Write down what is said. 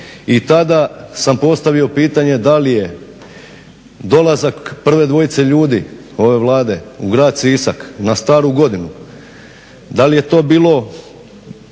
i tada sam postavio pitanje da li je dolazak prve dvojice ljudi ove Vlade u grad Sisak na staru godinu da li je to bilo